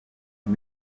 and